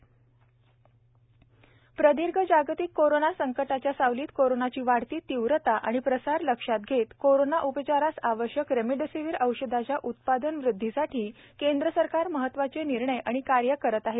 remdesivir उत्पादन वदधी प्रदीर्घ जागतिक कोरोना संकटाच्या सावलीत कोरोनाची वाढती तीव्रता आणि प्रसार लक्षात घेत कोरोना उपचारास आवश्यक रेमडिसीवीर औषधाच्या उत्पादन वृदधीसाठी केंद्र सरकार महत्वाचे निर्णय आणि कार्य करीत आहे